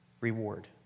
reward